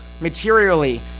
materially